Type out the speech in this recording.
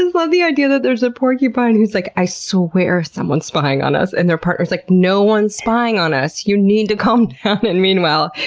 love the idea that there's a porcupine who's like, i swear, someone's spying on us, and their partner's like, no one's spying on us. you need to calm down! and meanwhile,